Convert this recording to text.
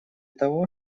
того